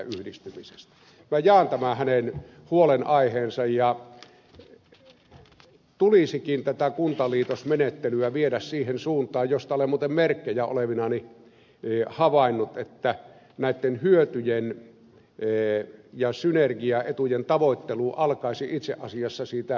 minä jaan tämän hänen huolenaiheensa ja tulisikin tätä kuntaliitosmenettelyä viedä siihen suuntaan josta olen muuten merkkejä olevinani havainnut että näitten hyötyjen ja synergiaetujen tavoittelu alkaisi itse asiassa siitä neuvotteluprosessista lähtien